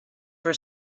for